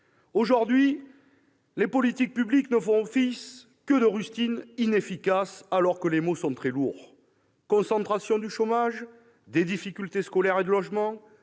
sa parution. Les politiques publiques ne font office que de rustines inefficaces, alors que les maux sont très lourds : concentration du chômage, des difficultés scolaires et de logement,